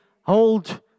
hold